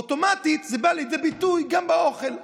אוטומטית זה בא לידי ביטוי גם באוכל?